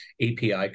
API